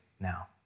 now